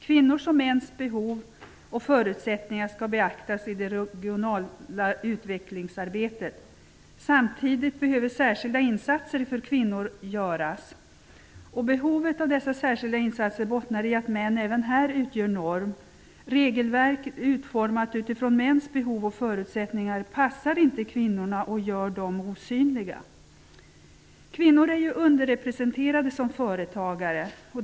Kvinnors och mäns behov och förutsättningar skall beaktas i det regionala utvecklingsarbetet. Samtidigt behöver särskilda insatser för kvinnor göras. Behovet av dessa särskilda insatser bottnar i att män även här utgör norm. Regelverk utformat utifrån mäns behov och förutsättningar passar inte kvinnorna och gör dem osynliga. Kvinnor är underrepresenterade som företagare.